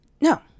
No